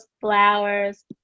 flowers